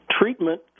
treatment